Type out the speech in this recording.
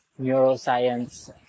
neuroscience